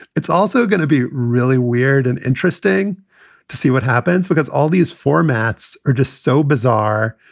it's also going to be really weird and interesting to see what happens, because all these formats are just so bizarre.